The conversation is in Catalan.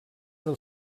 del